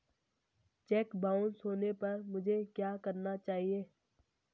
Check bounce होने पर मुझे क्या करना चाहिए?